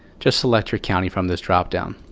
just select your county from this drop-down.